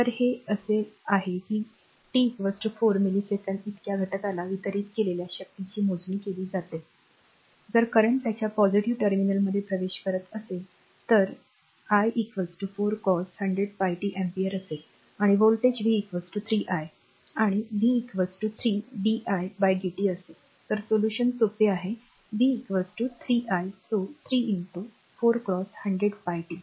तरहे असे आहे की टी 4 मिलिसेकंद इतक्या घटकाला वितरित केलेल्या शक्तीची मोजणी केली जाते जर करेंट त्याच्या पॉझिटिव्ह टर्मिनलमध्ये प्रवेश करत असेल तर is i 4 cos100πt अँपिअर असेल आणि व्होल्टेज v 3 i आणि v 3 di डीटी असेल तर सोल्यूशन सोपे आहे v 3 I so 3 4 cross 100 pi t